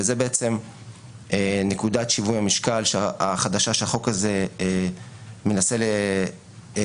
וזו בעצם נקודת שיווי המשקל החדשה שהחוק הזה מנסה לתקף.